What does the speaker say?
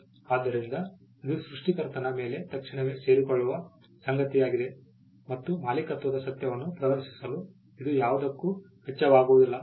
ಆದ್ದರಿಂದ ಇದು ಸೃಷ್ಟಿಕರ್ತನ ಮೇಲೆ ತಕ್ಷಣವೇ ಸೇರಿಕೊಳ್ಳುವ ಸಂಗತಿಯಾಗಿದೆ ಮತ್ತು ಮಾಲೀಕತ್ವದ ಸತ್ಯವನ್ನು ಪ್ರದರ್ಶಿಸಲು ಇದು ಯಾವುದಕ್ಕೂ ವೆಚ್ಚವಾಗುವುದಿಲ್ಲ